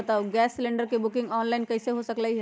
Gas cylinder के booking online कईसे हो सकलई ह?